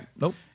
Nope